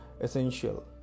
essential